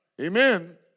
Amen